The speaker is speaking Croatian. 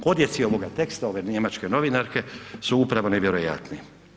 Odjeci ovog teksta ove njemačke novinarke su upravo nevjerojatni.